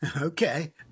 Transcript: Okay